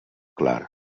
clar